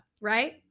right